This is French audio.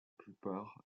plupart